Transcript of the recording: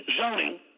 zoning